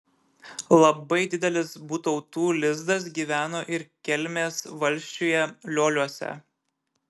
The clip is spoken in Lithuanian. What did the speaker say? labai didelis butautų lizdas gyveno ir kelmės valsčiuje lioliuose